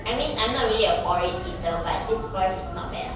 I mean I'm not really a porridge eater but this porridge is not bad ah